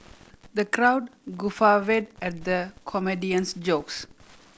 the crowd guffawed at the comedian's jokes